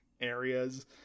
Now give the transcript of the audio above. areas